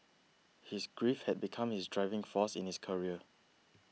his grief had become his driving forcing in his career